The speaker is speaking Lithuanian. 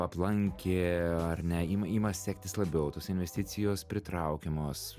aplankė ar ne ima ima sektis labiau tos investicijos pritraukiamos